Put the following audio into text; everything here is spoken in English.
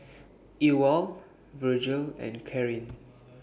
Ewald Virgle and Karyn